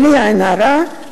בלי עין הרע,